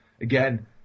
again